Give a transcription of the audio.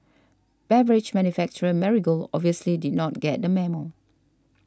beverage manufacturer Marigold obviously did not get the memo